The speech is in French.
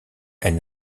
elle